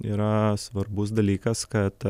yra svarbus dalykas kad